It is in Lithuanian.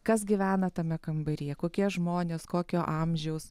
kas gyvena tame kambaryje kokie žmonės kokio amžiaus